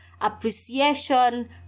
appreciation